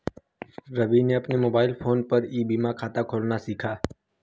रवि ने अपने mobile phone पर ई बीमा खाता खोलना सीखा